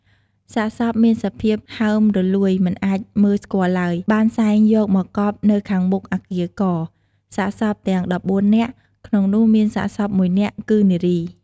សាកសពមានសភាពហើមរលួយមិនអាចមើលស្គាល់ឡើយ បានសែងយកមកកប់នៅខាងមុខ អគារ "ក" សាកសពទាំង១៤នាក់ ក្នុងនោះមានសាកសព១នាក់គឺនារី។